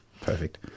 perfect